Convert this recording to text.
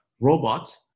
robot